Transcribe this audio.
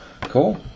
Cool